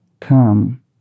Come